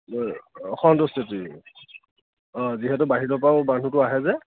সন্তুষ্টিটো অ যিহেতু বাহিৰৰ পৰাও মানুহটো আহে যে